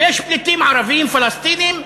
ויש פליטים ערבים פלסטינים,